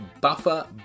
Buffer